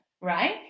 right